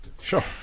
sure